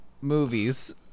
movies